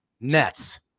nets